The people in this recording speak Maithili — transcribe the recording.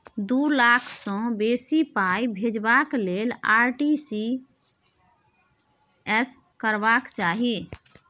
दु लाख सँ बेसी पाइ भेजबाक लेल आर.टी.जी एस करबाक चाही